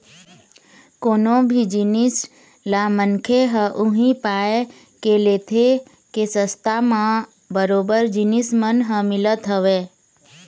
कोनो भी जिनिस ल मनखे ह उही पाय के लेथे के सस्ता म बरोबर जिनिस मन ह मिलत हवय